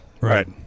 Right